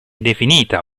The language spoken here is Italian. definita